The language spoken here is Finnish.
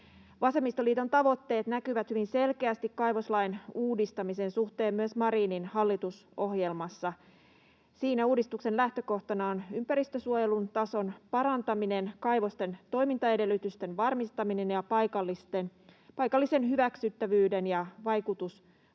Vasemmistoliiton tavoitteet kaivoslain uudistamisen suhteen näkyvät hyvin selvästi myös Marinin hallitusohjelmassa. Siinä uudistuksen lähtökohtana on ympäristönsuojelun tason parantaminen, kaivosten toimintaedellytysten varmistaminen ja paikallisen hyväksyttävyyden ja